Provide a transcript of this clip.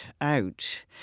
out